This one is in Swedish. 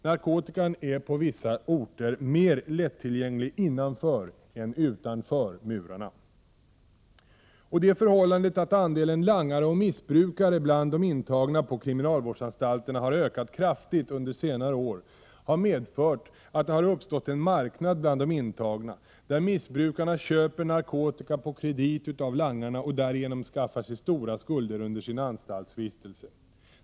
Narkotikan är på vissa orter mer lättillgänglig innanför än utanför murarna. Det förhållandet att andelen langare och missbrukare bland de intagna på kriminalvårdsanstalterna har ökat kraftigt under senare år har medfört att det har uppstått en marknad bland de intagna, där missbrukarna köper narkotika på kredit av langarna och därigenom skaffar sig stora skulder 145 under sin anstaltsvistelse.